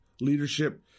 leadership